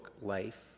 life